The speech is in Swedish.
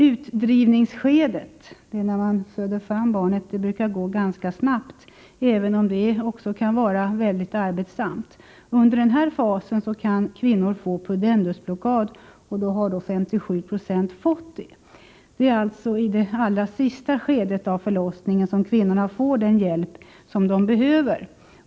Utdrivningsskedet, när man föder fram barnet, brukar gå ganska snabbt, även om det också kan vara mycket arbetsamt. Under denna fas kan kvinnor få pudendusblockad, och 57 6 har fått det. Det är alltså i det allra sista skedet av förlossningen som kvinnor får den hjälp de behöver.